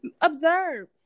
Observe